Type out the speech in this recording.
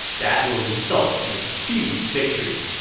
that would result in a huge victory.